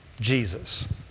Jesus